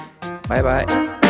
Bye-bye